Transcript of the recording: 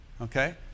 Okay